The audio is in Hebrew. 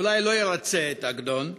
שאולי לא ירצה את עגנון,